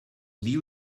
diu